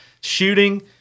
shooting